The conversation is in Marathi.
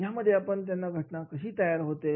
यामध्ये आपण त्यांना घटना कशी तयार होते